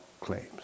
claims